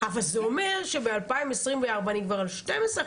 אבל זה אומר שב-2024 אני כבר על 12%,